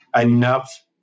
enough